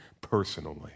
personally